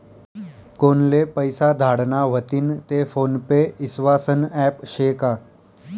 कोनले पैसा धाडना व्हतीन ते फोन पे ईस्वासनं ॲप शे का?